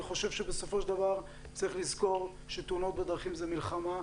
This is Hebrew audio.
אני חושב שבסופו של דבר צריך לזכור שתאונות בדרכים זה מלחמה,